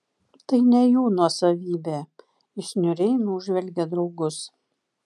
tai ne jų nuosavybė jis niūriai nužvelgė draugus